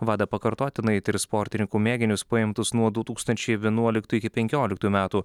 wada pakartotinai tirs sportininkų mėginius paimtus nuo du tūkstančiai vienuoliktų iki penkioliktų metų